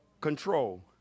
control